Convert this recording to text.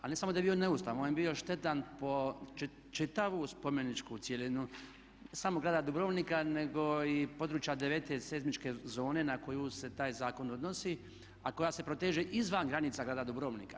Ali ne samo da je bio neustavan, on je bio štetan po čitavu spomeničku cjelinu, ne samo grada Dubrovnika nego i područja 9. seizmičke zone na koju se taj zakon odnosi a koja se proteže izvan granica grada Dubrovnika.